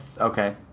Okay